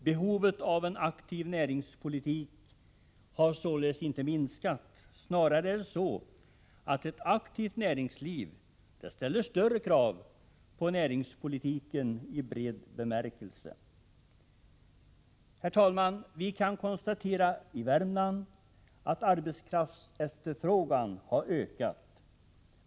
Behovet av en aktiv näringspolitik har således inte minskat. Snarare är det så att ett aktivt näringsliv ställer större krav på näringspolitiken i bred bemärkelse. Herr talman! Vi kan konstatera att arbetskraftsefterfrågan i Värmland har ökat.